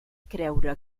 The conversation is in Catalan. creure